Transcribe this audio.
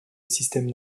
systèmes